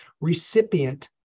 recipient